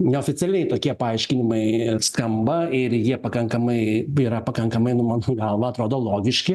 neoficialiai tokie paaiškinimai skamba ir jie pakankamai yra pakankamai nu mano galva atrodo logiški